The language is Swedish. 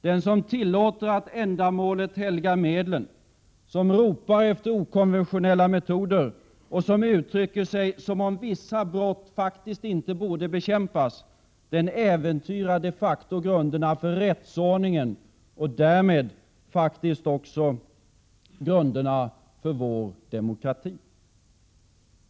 Den som tillåter att ändamålet helgar medlen, som ropar efter okonventionella metoder och som uttrycker sig på ett sådant sätt att man skulle kunna tro att vissa brott faktiskt inte borde bekämpas, äventyrar de facto grunderna för rättsordningen och därmed faktiskt också grunderna för vår demokrati.